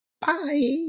Bye